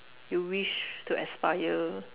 you wish to aspire